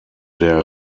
der